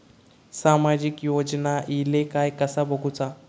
सामाजिक योजना इले काय कसा बघुचा?